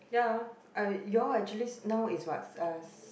ya uh you all actually now is what uh